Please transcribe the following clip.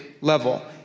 level